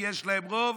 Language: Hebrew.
כי יש להם רוב.